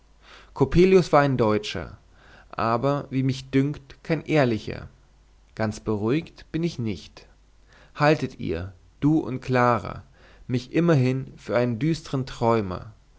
coppelius war ein deutscher aber wie mich dünkt kein ehrlicher ganz beruhigt bin ich nicht haltet ihr du und clara mich immerhin für einen düstern träumer